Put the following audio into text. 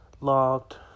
locked